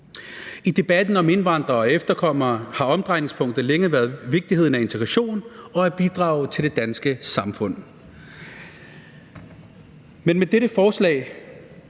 I debatten om indvandrere og efterkommere har omdrejningspunktet længe været vigtigheden af integration og at bidrage til det danske samfund.